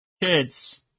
Kids